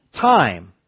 time